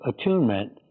attunement